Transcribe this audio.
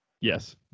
Yes